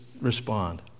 respond